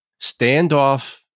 standoff